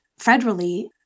federally